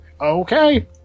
Okay